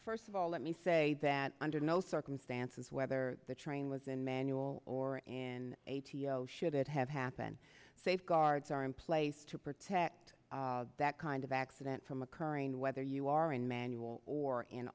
first of all let me say that under no circumstances whether the train was in manual or in a t o should it have happened safeguards are in place to protect that kind of accident from occurring whether you are in manual or an